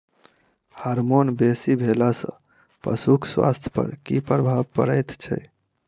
Hormone बेसी भेला सॅ पशुक स्वास्थ्य पर की प्रभाव पड़ैत छै?